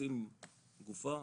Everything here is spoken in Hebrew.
מוצאים גופה,